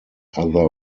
other